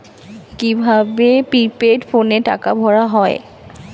কি ভাবে প্রিপেইড ফোনে টাকা ভরা হয়?